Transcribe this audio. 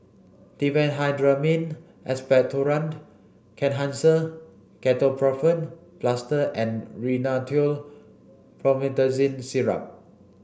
Diphenhydramine Expectorant Kenhancer Ketoprofen Plaster and Rhinathiol Promethazine Syrup